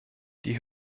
die